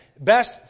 best